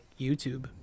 YouTube